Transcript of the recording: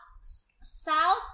South